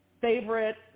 favorite